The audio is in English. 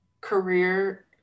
career